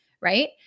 right